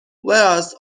whereas